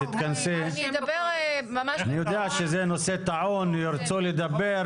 אני יודע שזה נושא טעון וירצו לדבר,